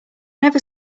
never